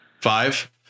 Five